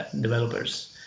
developers